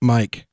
Mike